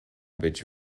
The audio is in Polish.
być